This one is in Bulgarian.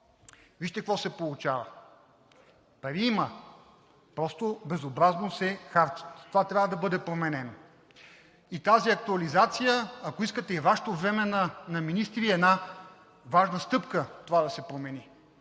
Вижте какво се получава – пари има, а просто безобразно се харчат. Това трябва да бъде променено и тази актуализация, ако искате. Вашето време като министър е една важна стъпка това да се промени,